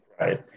right